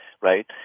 right